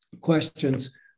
questions